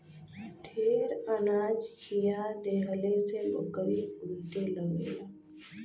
ढेर अनाज खिया देहले से बकरी उलटे लगेला